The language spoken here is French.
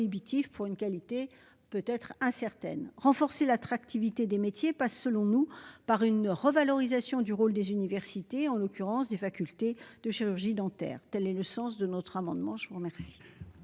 prohibitifs pour une qualité peut-être incertaine. Renforcer l'attractivité des métiers passe, selon nous, par une revalorisation du rôle des universités, en l'occurrence des facultés de chirurgie dentaire. Quel est l'avis de la commission ? Cet amendement